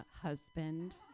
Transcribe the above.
husband